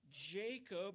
Jacob